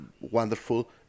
wonderful